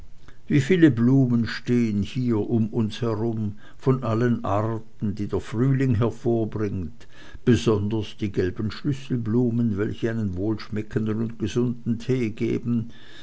wie viele blumen stehen hier um uns herum von allen arten die der frühling hervorbringt besonders die gelben schlüsselblumen welche einen wohlschmeckenden und gesunden tee geben